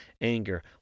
anger